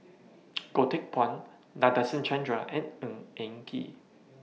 Goh Teck Phuan Nadasen Chandra and Ng Eng Kee